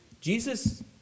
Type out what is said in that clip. Jesus